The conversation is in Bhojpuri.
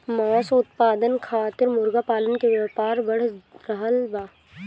मांस उत्पादन खातिर मुर्गा पालन के व्यापार बढ़ रहल बा